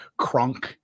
crunk